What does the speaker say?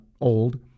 old